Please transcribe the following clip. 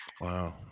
Wow